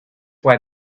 why